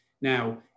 Now